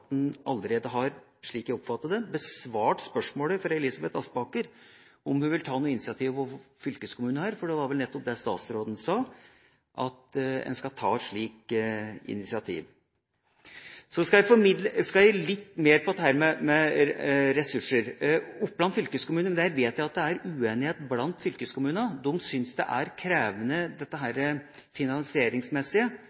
den måten. Så er jeg veldig glad for at statsråden understreket at dette skal alle landets fylkesmenn nå fokusere på. Jeg er glad for at statsråden allerede har, slik jeg oppfattet det, besvart spørsmålet fra Elisabeth Aspaker om hun vil ta noe initiativ overfor fylkeskommunen her. Det var vel det statsråden sa, at en skal ta et slikt initiativ. Så vil jeg si litt mer om dette med ressurser: Her vet jeg at det er uenighet blant